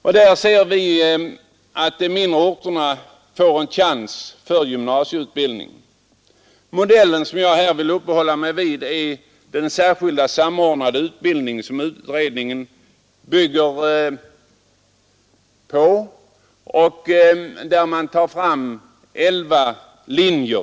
I denna organisation skulle de mindre orterna få en chans till gymnasieutbildning. Den modell som jag vill uppehålla mig vid är den särskilda samordnade gymnasieskola som utredningen bygger på och som skulle innefatta elva linjer.